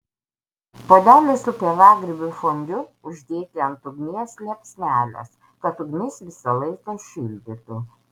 puodelį su pievagrybių fondiu uždėti ant ugnies liepsnelės kad ugnis visą laiką šildytų